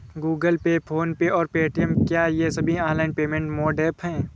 Google Pay PhonePe और Paytm क्या ये सभी ऑनलाइन पेमेंट मोड ऐप हैं?